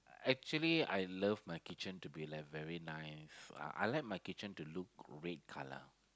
actually I love my kitchen to be like very nice I like my kitchen to look grey colour